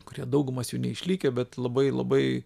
kurie daugumas jų neišlikę bet labai labai